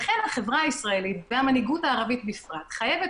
לכן החברה הישראלית והמנהיגות הערבית בפרט חייבת